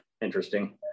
interesting